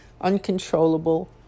uncontrollable